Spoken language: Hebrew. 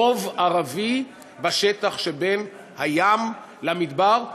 רוב ערבי בשטח שבין הים למדבר,